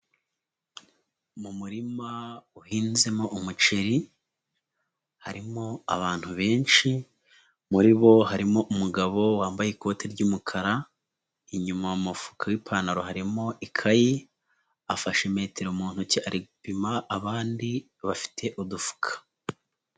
Mu murima uhinzemo umuceri, harimo abantu benshi, muri bo harimo umugabo wambaye ikoti ry'umukara, inyuma mu mufuka w'ipantaro harimo ikayi, afashe metero mu ntoki ari gupima abandi bafite udufuka.